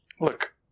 look